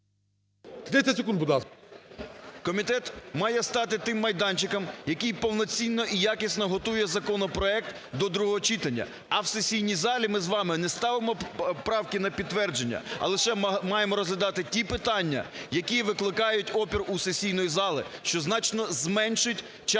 30 секунд, будь ласка.